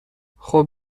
خوب